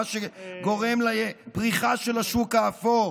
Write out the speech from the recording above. מה שגורם לפריחה של השוק האפור.